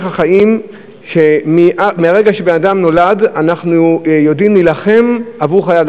ערך החיים שמרגע שאדם נולד אנחנו יודעים להילחם על חייו,